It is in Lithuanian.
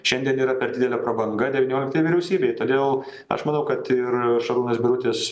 šiandien yra per didelė prabanga devynioliktai vyriausybei todėl aš manau kad ir šarūnas birutis